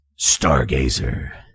Stargazer